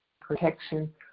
protection